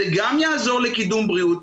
זה גם יעזור לקידום בריאות,